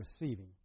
receiving